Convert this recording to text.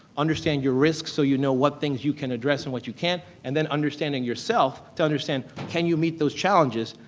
understand your risks so you know what things you can address and what you can't, and then understanding yourself to understand, can you meet those challenges?